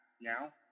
now